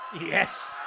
Yes